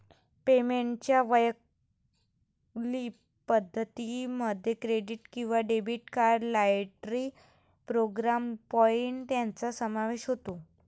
पेमेंटच्या वैकल्पिक पद्धतीं मध्ये क्रेडिट किंवा debit card, loyalty programme point यांचा समावेश होतो